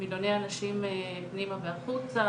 מיליוני אנשים פנימה והחוצה.